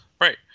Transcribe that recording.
Right